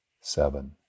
seven